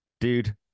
dude